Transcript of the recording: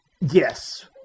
Yes